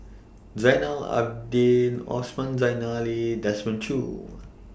Zainal Abidin Osman Desmond Choo